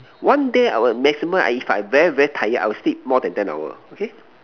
one day I will maximum if I'm very very tired I will sleep more than ten hour okay